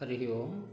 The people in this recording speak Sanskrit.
हरिः ओम्